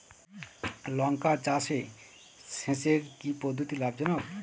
লঙ্কা চাষে সেচের কি পদ্ধতি লাভ জনক?